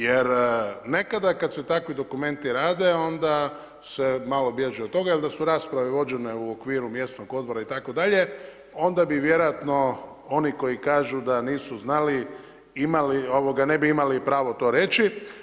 Jer nekada kada se takvi dokumenti rade, onda se malo bježi od toga, jer da su rasprave vođene u okviru mjesnog odbora itd. onda bi vjerojatno oni koji kažu nisu znali, ne bi imali pravo to reći.